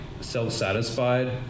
self-satisfied